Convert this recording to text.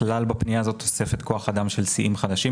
בפנייה הזאת אין כלל תוספת כוו אדם של שיאים חדשים.